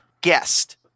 guest